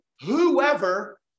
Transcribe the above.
whoever